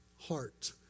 heart